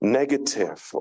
negative